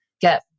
get